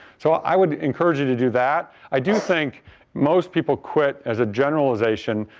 so i would encourage you to do that. i do think most people quit as a generalization